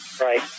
right